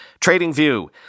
TradingView